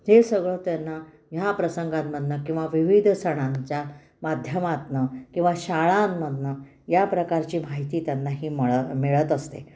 हे सगळं त्यांना ह्या प्रसंगांमधून किंवा विविध सणांच्या माध्यमातून किंवा शाळांमधून या प्रकारची माहिती त्यांना ही मळ मिळत असते